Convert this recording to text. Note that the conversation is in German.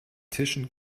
tischen